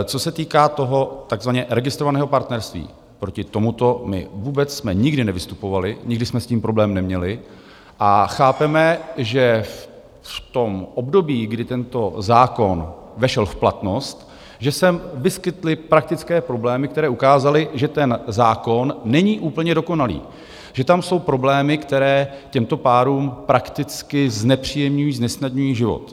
Co se týká toho takzvaně registrovaného partnerství proti tomuto, vůbec jsme nikdy nevystupovali, nikdy jsme s tím problém neměli a chápeme, že v období, kdy tento zákon vešel v platnost, že se vyskytly praktické problémy, které ukázaly, že ten zákon není úplně dokonalý, že tam jsou problémy, které těmto párům prakticky znepříjemňují, znesnadňují život.